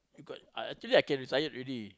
you got uh actually I can retired already